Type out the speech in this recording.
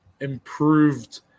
improved